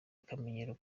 akamenyero